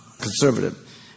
conservative